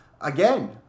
Again